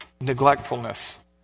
neglectfulness